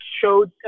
showed